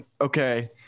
okay